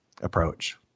approach